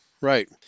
Right